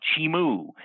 Chimu